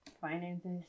finances